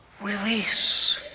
release